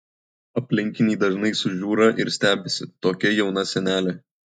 aplinkiniai dažnai sužiūra ir stebisi tokia jauna senelė